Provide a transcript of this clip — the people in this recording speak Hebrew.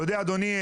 אדוני,